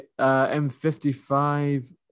M55